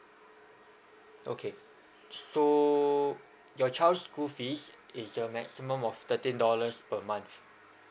okay so your child school fees is a maximum of thirteen dollars per month